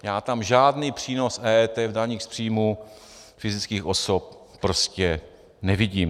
Já tam žádný přínos EET v daních z příjmů fyzických osob prostě nevidím.